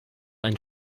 ein